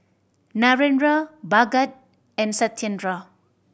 Narendra Bhagat and Satyendra